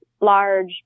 large